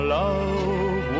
love